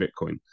bitcoin